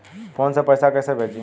Phone से पैसा कैसे भेजी?